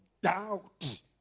doubt